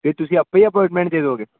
ਕਿ ਤੁਸੀਂ ਆਪੇ ਹੀ ਅਪੋਆਇੰਟਮੈਂਟ ਦੇ ਦਓਗੇ